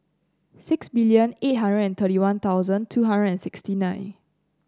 six million eight hundred and thirty One Thousand two hundred and sixty nine